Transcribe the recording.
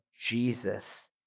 Jesus